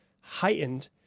heightened